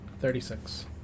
Thirty-six